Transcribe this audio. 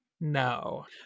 No